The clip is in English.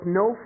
no